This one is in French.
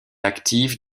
actif